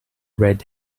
red